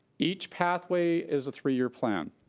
each pathway is a three year plan.